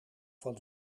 van